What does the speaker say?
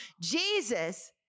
Jesus